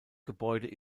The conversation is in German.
gebäude